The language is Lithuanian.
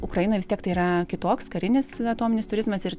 ukrainoj vis tiek tai yra kitoks karinis atominis turizmas ir